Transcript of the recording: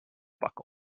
buckle